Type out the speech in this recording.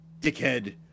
dickhead